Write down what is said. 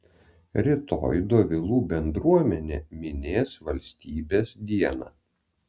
rytoj dovilų bendruomenė minės valstybės dieną